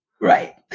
Right